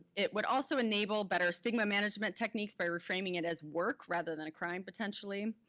it would also enable better stigma management techniques by reframing it as work rather than a crime potentially.